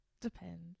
Depends